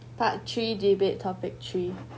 part three debate topic three